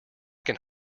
can